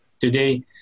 today